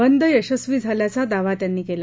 बंद यशस्वी झाल्याचा दावा त्यांनी केला